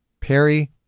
Perry